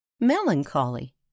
Melancholy